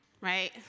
right